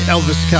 Elvis